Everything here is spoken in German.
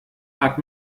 hat